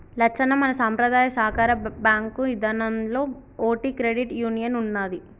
లచ్చన్న మన సంపద్రాయ సాకార బాంకు ఇదానంలో ఓటి క్రెడిట్ యూనియన్ ఉన్నదీ